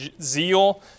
zeal